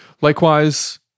Likewise